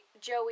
Joey